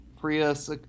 Prius